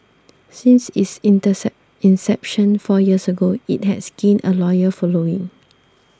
since its intercept inception four years ago it has gained a loyal following